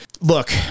Look